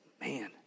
man